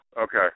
Okay